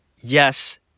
Yes